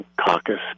caucus